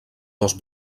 dos